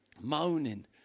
moaning